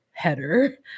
header